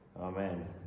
Amen